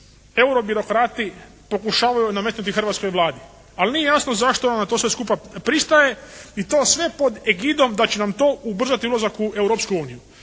eurobirokrati pokušavaju nametnuti hrvatskoj Vladi. Ali nije jasno zašto ona na to sve skupa pristaje i to sve pod egidom da će nam to ubrzati ulazak u Europsku uniju.